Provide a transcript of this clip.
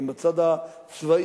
גם בצד הצבאי,